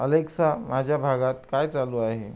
Alexa माझ्या भागात काय चालू आहे